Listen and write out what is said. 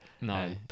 No